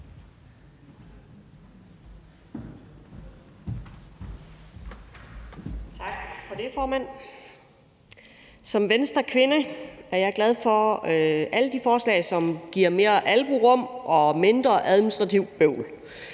Som Venstrekvinde er jeg glad for alle de forslag, som giver mere albuerum og mindre administrativt bøvl,